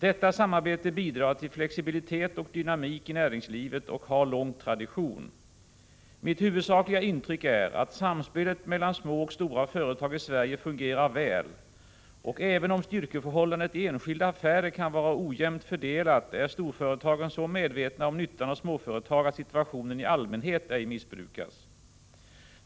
Detta samarbete bidrar till flexibilitet och dynamik i näringslivet och har lång tradition. Mitt huvudsakliga intryck är att samspelet mellan små och stora företag i Sverige fungerar väl, och även om styrkeförhållandet i enskilda affärer kan vara ojämnt fördelat är storföretagen så medvetna om nyttan av småföretag att situationen i allmänhet ej missbrukas.